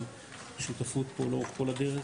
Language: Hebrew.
על שותפות פה לאורך כל הדרך,